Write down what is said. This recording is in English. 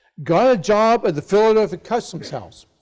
got a job at the philadelphia custom house,